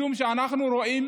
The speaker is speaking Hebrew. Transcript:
משום שאנחנו רואים